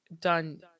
done